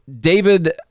David